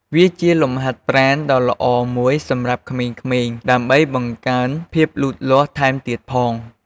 វាជាលំហាត់ប្រាណដ៏ល្អមួយសម្រាប់ក្មេងៗ ដើម្បីបង្កើនភាពលូតលាស់ថែមទៀតផង។